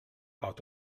out